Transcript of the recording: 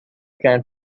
can